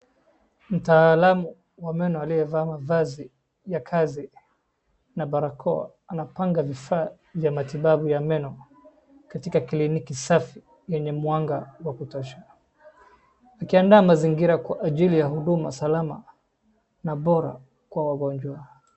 Mtaalamu wa meno aliyevaa mavazi ya kazi na barakoa anapanga vifaa vya matibabu ya meno katika kliniki safi yenye mwanga wa kutazama akiandaa mazingira kwa ajili ya huduma salama na bora kwa wagonjwa.